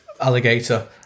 alligator